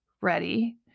ready